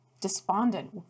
despondent